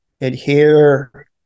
adhere